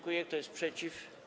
Kto jest przeciw?